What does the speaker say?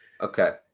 Okay